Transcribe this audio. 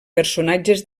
personatges